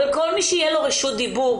אבל כל מי שיהיה לו רשות דיבור,